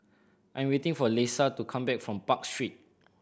I am waiting for Lesa to come back from Park Street